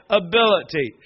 ability